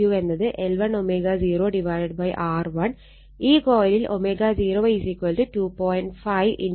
ഈ കൊയിലിൽ ω0 2